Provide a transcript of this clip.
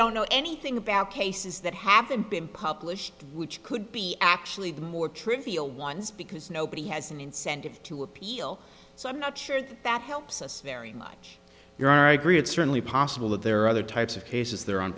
don't know anything about cases that haven't been published which could be actually the more trivial ones because nobody has an incentive to appeal so i'm not sure that that helps us very much your i agree it's certainly possible that there are other types of cases there on